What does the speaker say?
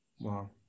Wow